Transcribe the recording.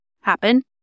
happen